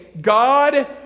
God